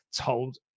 told